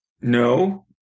no